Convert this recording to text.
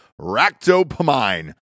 ractopamine